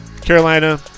Carolina